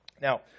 Now